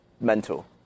mental